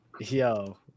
Yo